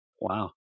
wow